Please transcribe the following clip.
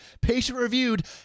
patient-reviewed